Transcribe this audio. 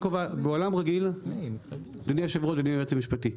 היא קובעת בעולם רגיל אדוני היושב ראש ואדוני היועץ המשפטי,